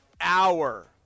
hour